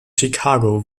chicago